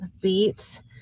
Beets